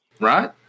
Right